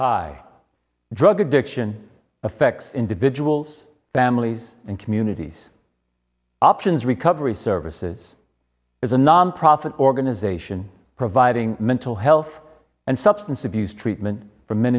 by drug addiction affects individuals families and communities options recovery services is a nonprofit organization providing mental health and substance abuse treatment for men